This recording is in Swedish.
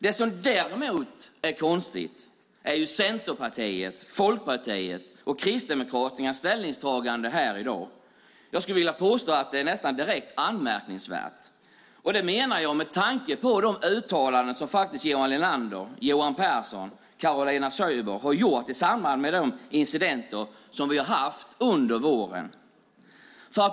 Det som däremot är konstigt är Centerpartiets, Folkpartiets och Kristdemokraternas ställningstagande i denna debatt. Jag vill påstå att det är direkt anmärkningsvärt med tanke på de uttalanden som Johan Linander, Johan Pehrson och Caroline Szyber har gjort i samband med vårens incidenter.